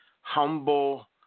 humble